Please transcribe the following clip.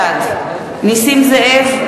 בעד נסים זאב,